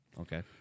Okay